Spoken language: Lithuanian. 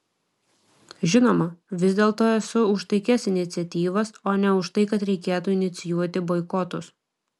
žinoma vis dėlto esu už taikias iniciatyvas o ne už tai kad reikėtų inicijuoti boikotus